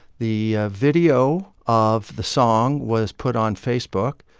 the ah video of the song was put on facebook.